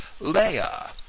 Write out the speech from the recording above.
Leia